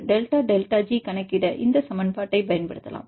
delta delta G கணக்கிட இந்த சமன்பாட்டைப் பயன்படுத்தலாம்